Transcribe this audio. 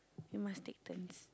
you must take turns